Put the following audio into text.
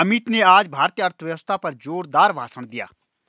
अमित ने आज भारतीय अर्थव्यवस्था पर जोरदार भाषण दिया